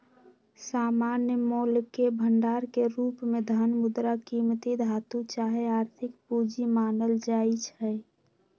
सामान्य मोलके भंडार के रूप में धन, मुद्रा, कीमती धातु चाहे आर्थिक पूजी मानल जाइ छै